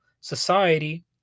society